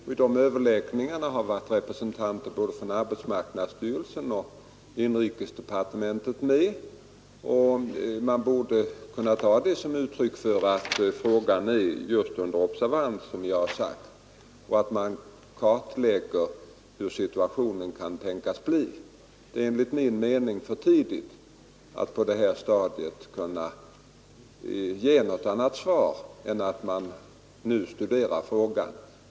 Vid dessa överläggningar har representanter för både arbetsmarknadsstyrelsen och inrikesdepartementet varit med, och det borde kunna tas som uttryck för att frågan är under observans, som jag har sagt, och att man kartlägger hur situationen kan tänkas bli. Det är enligt min mening för tidigt att på det här stadiet kunna ge något annat svar än att man nu studerar frågan.